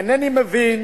אינני מבין